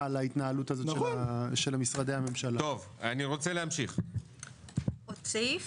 זה המצב של משרדי הממשלה, שמסתכלים על